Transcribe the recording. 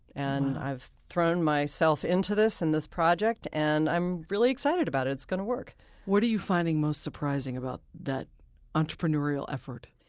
and i've thrown myself into this, in this project, and i'm really excited about it. it's going to work what are you finding most surprising about that entrepreneurial effort?